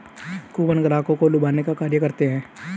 coupon ग्राहकों को लुभाने का कार्य करते हैं